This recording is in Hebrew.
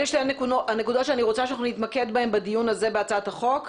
אלו שתי הנקודה שנרצה שנתמקד בהן בדיון הזה בהצעת החוק,